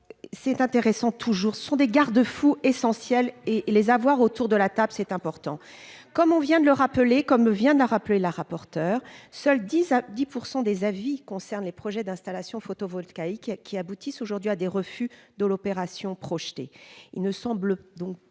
c'est intéressant toujours sont des garde-fous essentiel et et les avoir autour de la table, c'est important, comme on vient de le rappeler, comme vient n'a rappelé la rapporteure, seuls 10 à 10 pour 100 des avis concerne les projets d'installations photovoltaïques qui aboutissent aujourd'hui à des refus de l'opération projetée, il ne semble donc